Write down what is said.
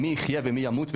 מי יחיה ומי ימות,